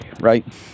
right